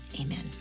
amen